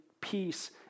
peace